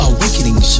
Awakening